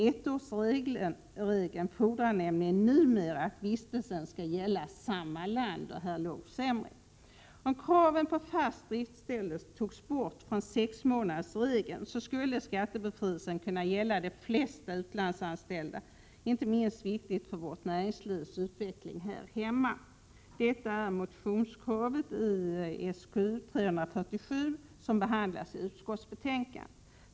Ettårsregeln fordrar nämligen numer att vistelsen skall gälla samma land, och det är en försämring. Om kraven på fast driftställe togs bort från sexmånadersregeln skulle skattebefrielsen kunna gälla de flesta utlandsanställda. Det skulle vara inte minst viktigt för vårt näringslivs utveckling här hemma. Detta är motionskravet i Sk347, som behandlas i utskottsbetänkandet.